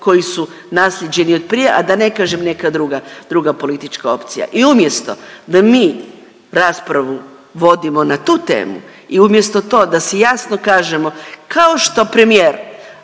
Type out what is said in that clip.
koji su naslijeđeni od prije, a da ne kažem neka druga politička opcija. I umjesto da mi raspravu vodimo na tu temu i umjesto to da si jasno kažemo, kao što premijer